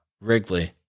Wrigley